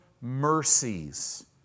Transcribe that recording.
mercies